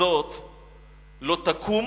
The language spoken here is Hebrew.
הזאת לא תקום